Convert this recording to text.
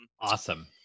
awesome